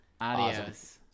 Adios